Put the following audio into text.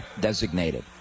designated